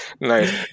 nice